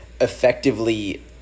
effectively